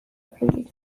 pryd